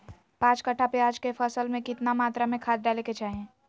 पांच कट्ठा प्याज के फसल में कितना मात्रा में खाद डाले के चाही?